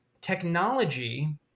technology